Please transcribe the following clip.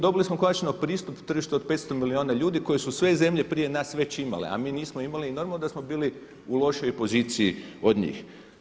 Dobili smo konačno pristup tržištu od 500 milijuna ljudi koji su sve zemlje prije nas već imale, a mi nismo imali i normalno da smo bili u lošijoj poziciji od njih.